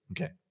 Okay